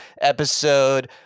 episode